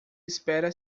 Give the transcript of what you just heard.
espera